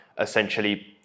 essentially